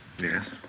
Yes